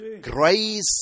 Grace